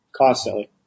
constantly